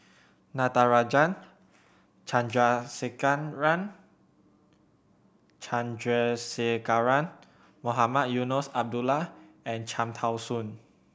Natarajan Chandrasekaran Chandrasekaran Mohamed Eunos Abdullah and Cham Tao Soon